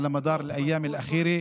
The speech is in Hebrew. על העבודה בימים האחרונים.